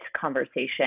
conversation